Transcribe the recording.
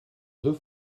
deux